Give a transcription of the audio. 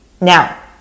Now